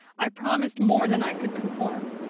i promised more than i could perform.